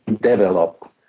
develop